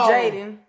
Jaden